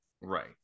Right